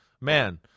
Man